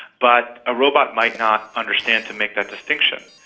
but a robot might not understand to make that distinction.